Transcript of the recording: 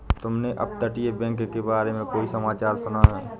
तुमने अपतटीय बैंक के बारे में कोई समाचार सुना है?